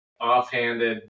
offhanded